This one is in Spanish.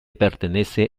pertenece